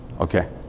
Okay